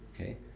Okay